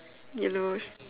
yellow